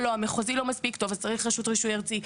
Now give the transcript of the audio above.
לא המחוזי לא מספיק טוב אז צריך רשות רישוי ארצית.